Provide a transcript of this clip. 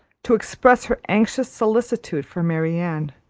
to express her anxious solicitude for marianne,